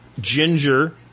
ginger